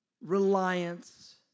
reliance